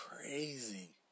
crazy